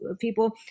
people